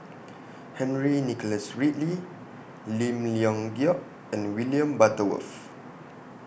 Henry Nicholas Ridley Lim Leong Geok and William Butterworth